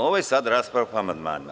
Ovo je sada rasprava po amandmanima.